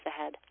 ahead